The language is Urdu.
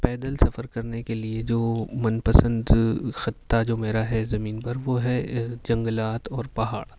پیدل سفر کرنے کے لیے جو من پسند خطہ جو میرا ہے زمین پر وہ ہے جنگلات اور پہاڑ